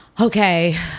okay